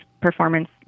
performance